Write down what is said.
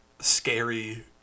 scary